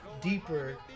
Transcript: deeper